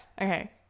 Okay